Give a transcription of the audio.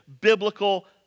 biblical